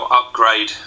upgrade